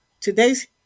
Today's